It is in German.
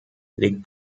legt